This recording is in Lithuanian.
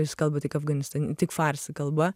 jis kalba tik afganistan tik farsi kalba